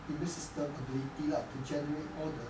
immune system ability lah to generate all the